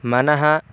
मनः